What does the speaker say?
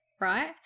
Right